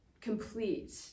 complete